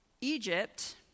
Egypt